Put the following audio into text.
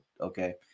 okay